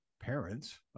parents